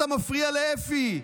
אתה מפריע לאפי,